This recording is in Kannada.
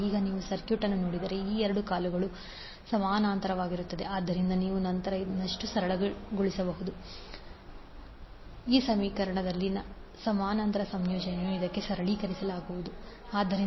ಈಗ ನೀವು ಸರ್ಕ್ಯೂಟ್ ಅನ್ನು ನೋಡಿದರೆ ಈ ಎರಡು ಕಾಲುಗಳು ಸಮಾನಾಂತರವಾಗಿರುತ್ತವೆ ಆದ್ದರಿಂದ ನೀವು ನಂತರ ಇನ್ನಷ್ಟು ಸರಳಗೊಳಿಸಬಹುದು 5 ಮತ್ತು 3 j 4 ನ ಸಮಾನಾಂತರ ಸಂಯೋಜನೆಯನ್ನು ಇದಕ್ಕೆ ಸರಳೀಕರಿಸಲಾಗುವುದು Z15||3j42